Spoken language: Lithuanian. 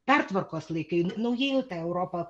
pertvarkos laikai naujai tq europq